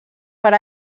per